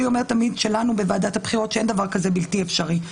אצלנו בוועדת הבחירות שאין דבר כזה בלתי אפשרי,